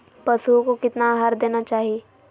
पशुओं को कितना आहार देना चाहि?